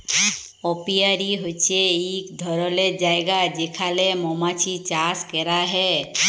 apiary হছে ইক ধরলের জায়গা যেখালে মমাছি চাষ ক্যরা হ্যয়